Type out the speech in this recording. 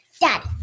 Dad